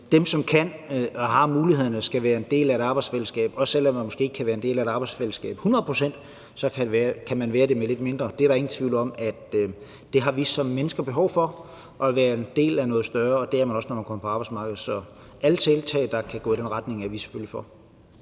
De, som kan og har mulighederne, skal være en del af et arbejdsfællesskab, og selv om man måske ikke kan være en del af et arbejdsfællesskab hundrede procent, kan man være det med lidt mindre. Der er ingen tvivl om, at vi som mennesker har behov for at være en del af noget større, og det er man også, når man kommer på arbejdsmarkedet. Så alle tiltag, der kan gå i den retning, er vi selvfølgelig for.